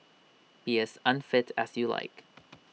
be as unfit as you like